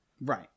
Right